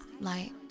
light